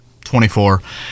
24